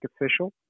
official